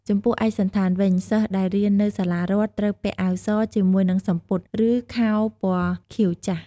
ចំំពោះឯកសណ្ឋានវិញ សិស្សដែលរៀននៅសាលារដ្ឋ ត្រូវពាក់អាវស ជាមួយនឹងសំពត់ ឬខោពណ៌ខៀវចាស់។